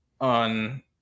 on